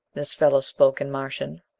this fellow spoke in martian.